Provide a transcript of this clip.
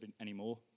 anymore